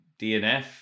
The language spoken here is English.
DNF